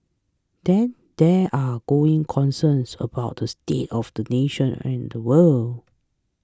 then there are growing concerns about the state of the nation and the world